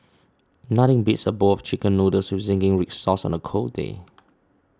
nothing beats a bowl of Chicken Noodles with Zingy Red Sauce on a cold day